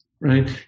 right